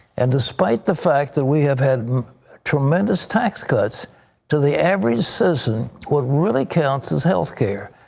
and despite the fact that we have had tremendous tax cuts to the average citizen, what really counts is health care.